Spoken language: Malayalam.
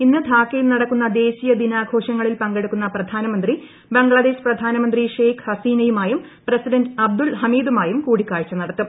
ഇന്ന് ധാക്ക്യിൽ നടക്കുന്ന ദേശീയ ദിനാഘോഷങ്ങളിൽ പങ്കെടുക്കൂണ്ണ് പ്രധാനമന്ത്രി ബംഗ്ലാദേശ് പ്രധാനമന്ത്രി ഷെയ്ഖ് ഹസീന്ദിയൂമായും പ്രസിഡന്റ് അബ്ദുൽ ഹമീദുമായും കൂടിക്കാഴ്ച ൂന്ട്ത്തും